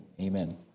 amen